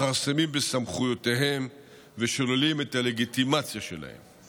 מכרסמים בסמכויותיהם ושוללים את הלגיטימציה שלהם.